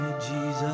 Jesus